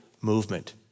movement